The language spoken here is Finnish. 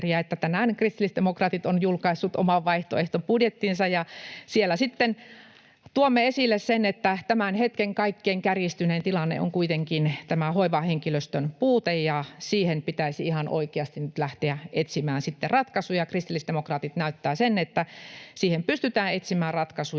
tänään kristillisdemokraatit ovat julkaisseet oman vaihtoehtobudjettinsa, ja siellä tuomme esille sen, että tämän hetken kaikkein kärjistynein tilanne on kuitenkin hoivahenkilöstön puutteessa ja siihen pitäisi ihan oikeasti nyt lähteä etsimään ratkaisuja. Kristillisdemokraatit näyttää sen, että siihen pystytään etsimään ratkaisuja